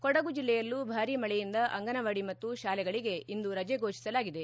ಕೊಡಗು ಜೆಲ್ಲೆಯಲ್ಲೂ ಬಾರಿ ಮಳೆಯಿಂದ ಅಂಗನವಾಡಿ ಮತ್ತು ಶಾಲೆಗಳಗೆ ಇಂದು ರಜೆ ಘೋಷಿಸಲಾಗಿದೆ